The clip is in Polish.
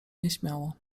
nieśmiało